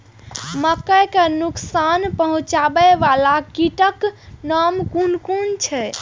मके के नुकसान पहुँचावे वाला कीटक नाम कुन कुन छै?